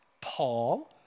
Paul